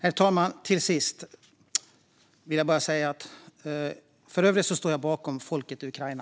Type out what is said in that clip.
Herr talman! För övrigt står jag bakom folket i Ukraina.